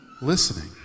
listening